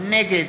נגד